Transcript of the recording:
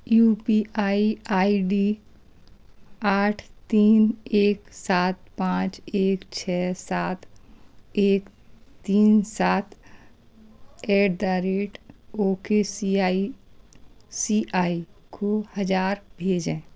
you P I I D आठ तीन एक सात पाँच एक छः सात एक तीन सात at the rate okay C I C I को हज़ार भेजें